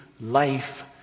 life